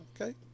okay